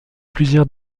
plusieurs